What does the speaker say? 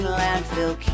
landfill